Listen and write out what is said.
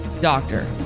doctor